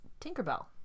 Tinkerbell